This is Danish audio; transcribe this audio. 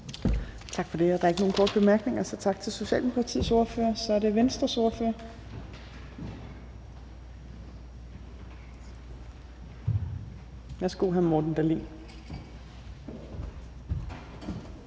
Tak for det. Der er ikke nogen korte bemærkninger. Tak til hr. Bjørn Brandenborg. Så er det Venstres ordfører, hr. Morten Dahlin.